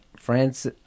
france